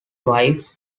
wife